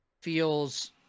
feels